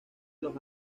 los